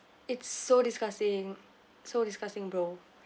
it's so disgusting so disgusting bro